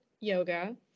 yoga